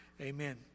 Amen